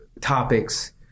topics